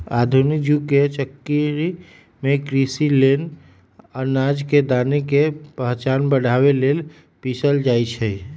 आधुनिक जुग के चक्की में कृषि लेल अनाज के दना के पाचन बढ़ाबे लेल पिसल जाई छै